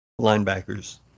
linebackers